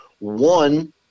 One